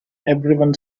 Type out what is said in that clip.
everyone